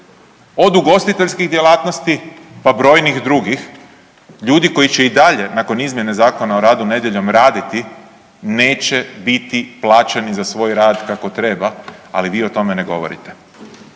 Od ugostiteljskih djelatnosti pa brojnih drugih, ljudi koji će i dalje nakon izmjene Zakona o radu nedjeljom raditi, neće biti plaćeni za svoj rad kako treba ali vi o tome ne govorite.